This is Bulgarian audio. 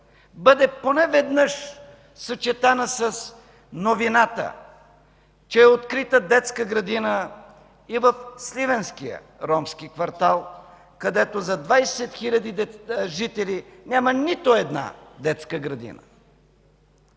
бъде поне веднъж съчетана с новината, че е открита детска градина и в Сливенския ромски квартал, където за 20 хил. жители няма нито една детска градина.